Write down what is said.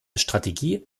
strategie